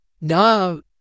No